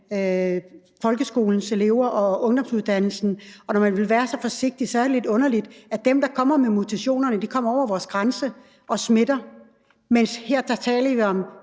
folkeskolens elever og ungdomsuddannelsen. Og når man vil være så forsigtig, er det lidt underligt, at dem, der kommer med mutationerne, kommer over vores grænse og smitter, mens vi her taler om